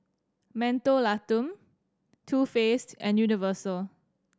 Mentholatum Too Faced and Universal